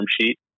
sheet